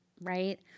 right